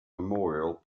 memorial